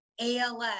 ALS